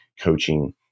coaching